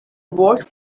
work